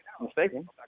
mistaken